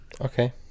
Okay